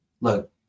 Look